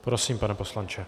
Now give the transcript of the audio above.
Prosím, pane poslanče.